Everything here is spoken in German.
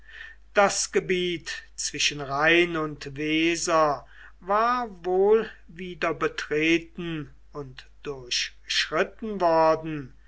das gebiet zwischen rhein und weser war wohl wieder betreten und durchschritten worden